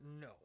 No